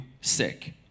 sick